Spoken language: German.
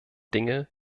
dinge